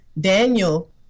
Daniel